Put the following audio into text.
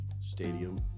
stadium